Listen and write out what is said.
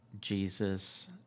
Jesus